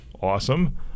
Awesome